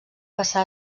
passà